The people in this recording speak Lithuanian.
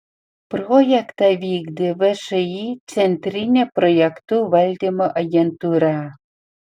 projektą vykdė všį centrinė projektų valdymo agentūra